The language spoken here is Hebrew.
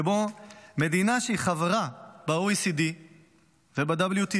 שבו מדינה שהיא חברה ב-OECD וב-WTO